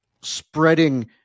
spreading